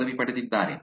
ಪದವಿ ಪಡೆದಿದ್ದಾರೆ